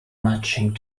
matching